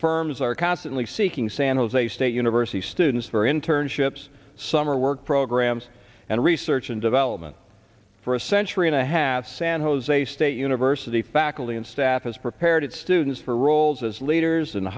firms are constantly seeking san jose state university students for internships summer work programs and research and development for a century and a half san jose state university faculty and staff has prepared students for roles as leaders